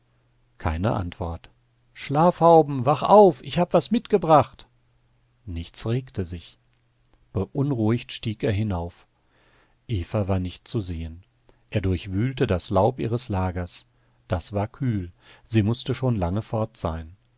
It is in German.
keine antwort schlafhauben wach auf ich hab was mitgebracht nichts regte sich beunruhigt stieg er hinauf eva war nicht zu sehen er durchwühlte das laub ihres lagers das war kühl sie mußte schon lange fort